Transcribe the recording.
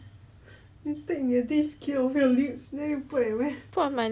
put on my leg ah